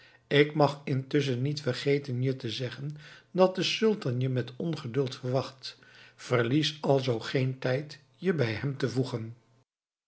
ik mag intusschen niet vergeten je te zeggen dat de sultan je met ongeduld verwacht verlies alzoo geen tijd je bij hem te vervoegen